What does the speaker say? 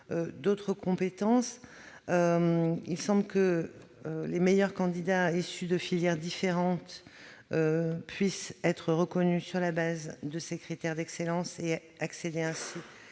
d'autres compétences. Il semble que les meilleurs candidats issus de filières différentes puissent être reconnus sur la base de critères d'excellence et qu'ils